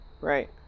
right